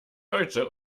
deutsche